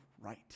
right